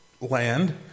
land